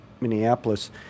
Minneapolis